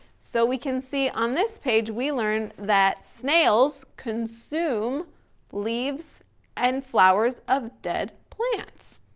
so we can see on this page we learned that, snails consume leaves and flowers of dead plants.